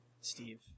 Steve